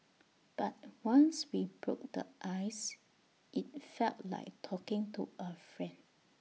but once we broke the ice IT felt like talking to A friend